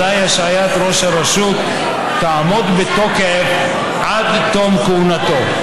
אזי השעיית ראש הרשות תעמוד בתוקף עד תום כהונתו.